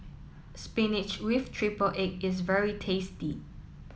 Spinach with Triple Egg is very tasty